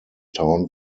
town